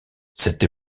cette